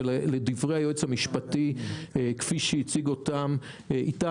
ולדברי היועץ המשפטי כפי שהציג אותם איתי